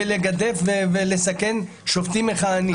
לגדף ולסכן שופטים מכהנים.